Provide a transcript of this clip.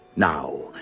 now,